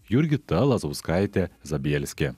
jurgita lazauskaitė zabielskė